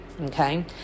Okay